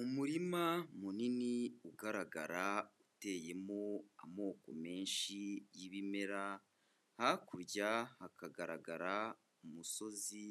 Umurima munini, ugaragara, uteyemo amoko menshi y'ibimera, hakurya hakagaragara umusozi